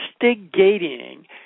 investigating